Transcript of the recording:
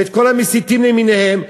ואת כל המסיתים למיניהם,